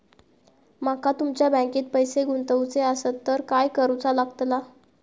माका तुमच्या बँकेत पैसे गुंतवूचे आसत तर काय कारुचा लगतला?